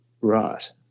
Right